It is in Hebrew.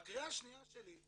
והקריאה השנייה שלי,